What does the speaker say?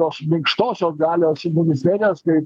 tos minkštosios galios ministerijos tai